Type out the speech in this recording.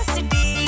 City